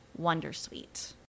wondersuite